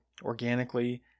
organically